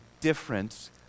difference